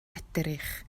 edrych